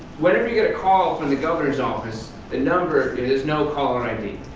whenever you get a call from the governor's office the number, it is no caller id.